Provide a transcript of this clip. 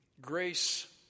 Grace